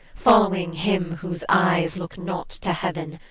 following, him whose eyes look not to heaven.